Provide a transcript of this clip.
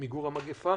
מיגור המגפה.